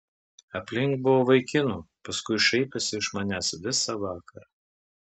aplink buvo vaikinų paskui šaipėsi iš manęs visą vakarą